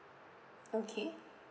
okay